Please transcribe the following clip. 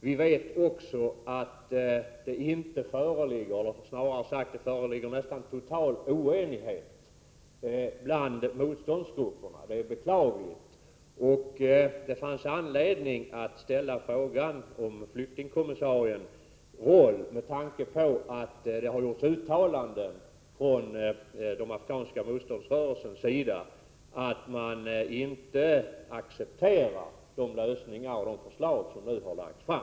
Vi vet att det snarast föreligger nästan total oenighet bland motståndsgrupperna, och det är beklagligt. Det fanns alltså anledning att ställa frågan om flyktingkommissariens roll, med tanke på att det har gjorts uttalanden från den afghanska motståndsrörelsens sida om att man inte accepterar de lösningar och förslag som har presenterats.